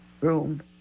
room